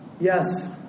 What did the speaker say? Yes